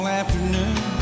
afternoon